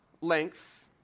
length